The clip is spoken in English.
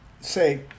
say